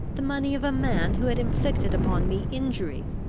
the money of a man who had inflicted upon me injuries,